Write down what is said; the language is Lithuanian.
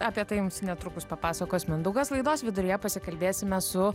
apie tai jums netrukus papasakos mindaugas laidos viduryje pasikalbėsime su